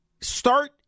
start